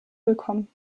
willkommen